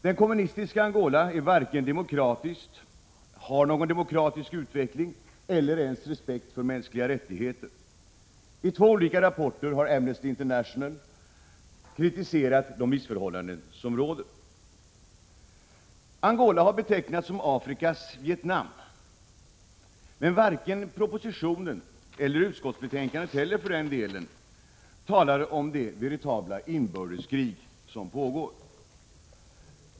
Det kommunistiska Angola är inte demokratiskt och har inte någon demokratisk utveckling eller ens respekt för mänskliga rättigheter. I två olika rapporter har Amnesty International kritiserat de missförhållanden som råder. Angola har betecknats som Afrikas Vietnam. Men varken i propositionen eller utskottsbetänkandet sägs någonting om det veritabla inbördeskrig som pågår där.